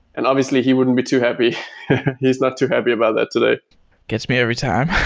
and obviously, he wouldn't be too happy he's not too happy about that today gets me every time.